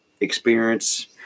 experience